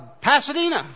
Pasadena